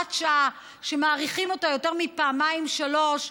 הוראת שעה שמאריכים אותה יותר מפעמיים שלוש,